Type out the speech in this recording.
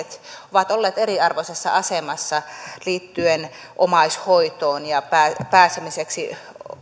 ovat olleet eriarvoisessa asemassa liittyen omaishoitoon ja pääsemisessä